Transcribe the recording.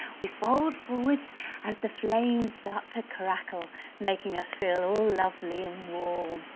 we fold forwards as the flames start to crackle making us feel all lovely and warm.